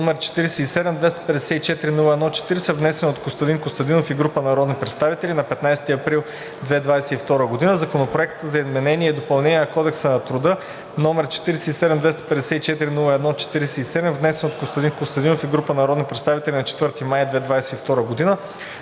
№ 47-254-01-40, внесен от Костадин Костадинов и група народни представители на 15 април 2022 г.; Законопроект за изменение и допълнение на Кодекса на труда, № 47-254-01-47, внесен от Костадин Костадинов и група народни представители на 4 май 2022 г.;